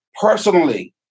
personally